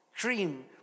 cream